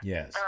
Yes